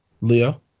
Leo